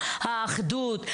האחדות,